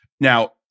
Now